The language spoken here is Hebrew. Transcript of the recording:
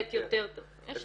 לתת יותר --- יש דרכים.